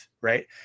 right